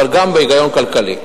אבל גם בהיגיון כלכלי.